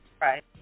Right